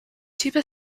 tuba